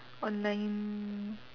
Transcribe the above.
online